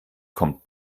kommt